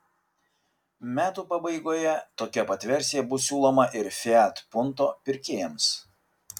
metų pabaigoje tokia pat versija bus siūloma ir fiat punto pirkėjams